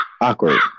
awkward